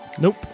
Nope